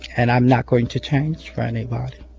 and i'm not going to change for anybody.